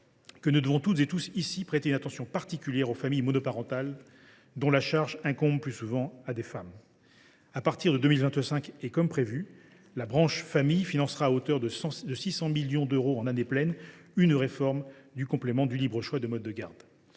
que nous devons toutes et tous ici prêter une attention particulière aux familles monoparentales, dont la charge incombe plus souvent à des femmes. À partir de 2025, comme prévu, la branche famille financera à hauteur de 600 millions d’euros en année pleine une réforme du complément de libre choix du mode de garde.